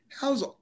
How's